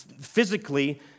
physically